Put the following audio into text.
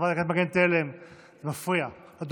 חברת הכנסת מגן תלם, זה מפריע לדוברת.